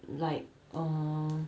like err